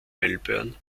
melbourne